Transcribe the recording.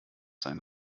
sein